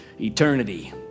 eternity